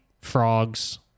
frogs